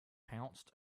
pounced